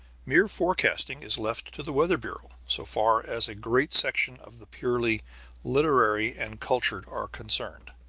mere forecasting is left to the weather bureau so far as a great section of the purely literary and cultured are concerned.